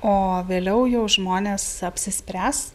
o vėliau jau žmonės apsispręs